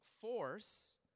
force